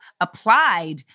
applied